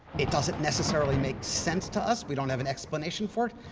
it doesn't necessarily make sense to us. we don't have an explanation for it.